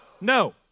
No